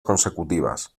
consecutivas